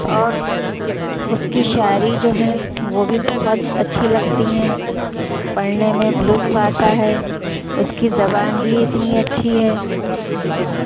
اور اس کی شاعری جو ہیں وہ بھی بہت اچھی لگتی ہیں پڑھنے میں لطف آتا ہے اس کی زبان ہی اتنی اچھی ہے